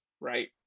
right